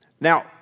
Now